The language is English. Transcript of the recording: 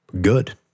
good